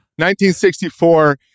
1964